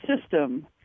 system